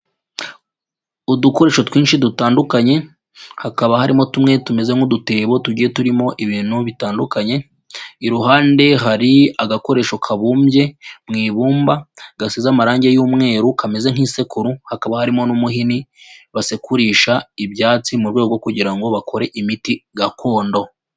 Udukoresho twinshi dutandukanye hakaba harimo tumwe tumeze nk'udutebo tugiye turimo ibintu bitandukanye, iruhande hari agakoresho kabumbye mu ibumba gasize amarangi y'umweru kameze nk'isekuru hakaba harimo n'umuhini basekurisha ibyatsi, mu rwego kugira ngo bakore imiti gakondo.